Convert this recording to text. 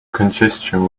congestion